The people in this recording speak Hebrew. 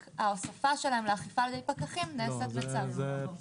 רק ההוספה שלהן לאכיפה על ידי פקחים נעשית בצו.